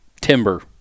timber